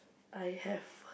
I have